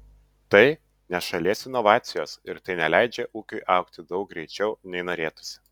tai ne šalies inovacijos ir tai neleidžia ūkiui augti daug greičiau nei norėtųsi